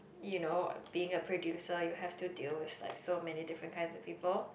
you know being a producer you have to deal with like so many different kinds of people